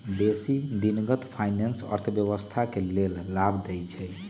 बेशी दिनगत फाइनेंस अर्थव्यवस्था के लेल लाभ देइ छै